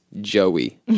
Joey